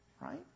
Right